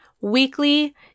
weekly